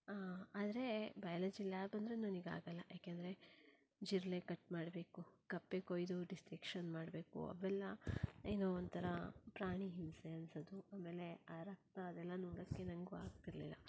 ಆದರೆ biology lab ಅಂದರೆ ನನಗೆ ಆಗಲ್ಲ ಯಾಕೆಂದರೆ ಜಿರಲೆ ಕಟ್ ಮಾಡಬೇಕು ಕಪ್ಪೆ ಕೊಯ್ದು ಡಿಸ್ಟ್ರಿಕ್ಷನ್ ಮಾಡಬೇಕು ಅವೆಲ್ಲ ಏನೋ ಒಂಥರ ಪ್ರಾಣಿಹಿಂಸೆ ಅನ್ಸೋದು ಆಮೇಲೆ ಆ ರಕ್ತ ಅದೆಲ್ಲ ನೋಡೋಕ್ಕೆ ನನಗೂ ಆಗ್ತಿರ್ಲಿಲ್ಲ